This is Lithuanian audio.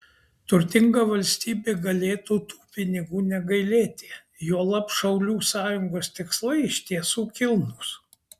turtinga valstybė galėtų tų pinigų negailėti juolab šaulių sąjungos tikslai iš tiesų kilnūs